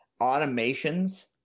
Automations